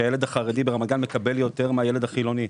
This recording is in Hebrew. שהילד החרדי ברמת גן מקבל יותר מהילד החילוני.